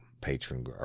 patron